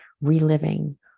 reliving